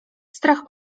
strach